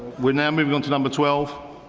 we are now moving on to number twelve.